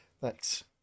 thanks